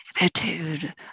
attitude